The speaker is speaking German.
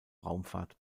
raumfahrt